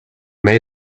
made